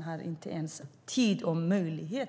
De har inte ens tid och möjlighet